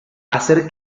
hacer